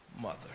mother